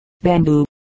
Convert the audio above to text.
bamboo